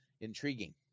intriguing